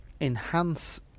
enhance